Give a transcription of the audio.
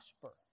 prosper